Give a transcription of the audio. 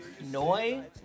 Noi